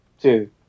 two